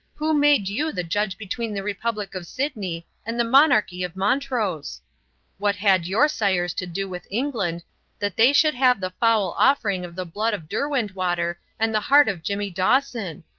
who made you the judge between the republic of sidney and the monarchy of montrose what had your sires to do with england that they should have the foul offering of the blood of derwentwater and the heart of jimmy dawson?